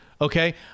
okay